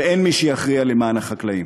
ואין מי שיכריע למען החקלאים.